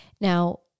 Now